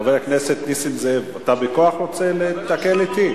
חבר הכנסת נסים זאב, אתה בכוח רוצה להיתקל אתי?